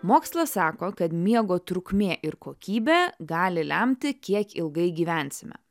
mokslas sako kad miego trukmė ir kokybė gali lemti kiek ilgai gyvensime